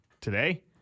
today